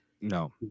No